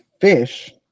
fish